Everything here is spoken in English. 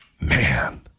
man